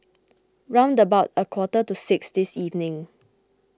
round about a quarter to six this evening